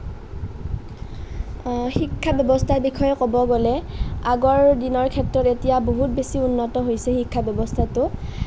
শিক্ষা ব্যৱস্থাৰ বিসয়ে ক'ব গ'লে আগৰ দিনৰ ক্ষেত্ৰত এতিয়া বহুত বেছি উন্নত হৈছে শিক্ষা ব্যৱস্থাটো